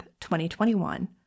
2021